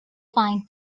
find